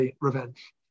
revenge